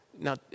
Now